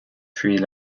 three